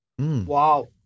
Wow